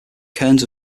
cairns